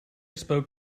spoke